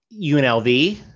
UNLV